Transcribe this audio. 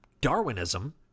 Darwinism